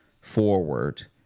forward